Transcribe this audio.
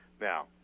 Now